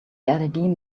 led